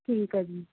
ਠੀਕ ਆ ਜੀ